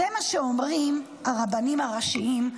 זה מה שאומרים הרבנים הראשיים,